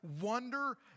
wonder